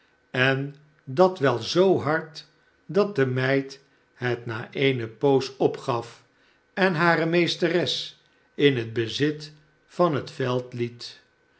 en dat wel zoo hard dat de meid het na eene poos opgaf en hare meesteres in het bezit van het veld liet